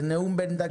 זה נאום בן דקה.